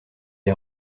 est